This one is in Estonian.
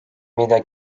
mida